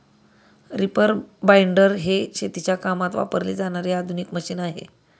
reaper binder हे शेतीच्या कामात वापरले जाणारे आधुनिक मशीन आहे